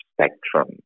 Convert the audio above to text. spectrum